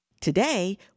Today